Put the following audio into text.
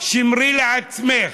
שמרי לעצמך.